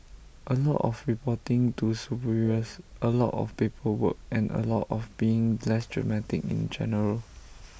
A lot of reporting to superiors A lot of paperwork and A lot of being less dramatic in general